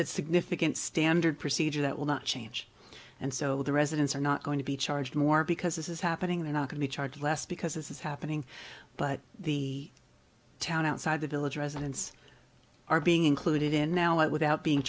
it's significant standard procedure that will not change and so the residents are not going to be charged more because this is happening they're not going to charge less because this is happening but the town outside the village residents are being included in now without being